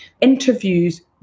interviews